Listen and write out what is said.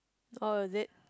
oh is it